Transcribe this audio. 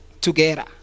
together